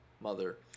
mother